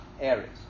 areas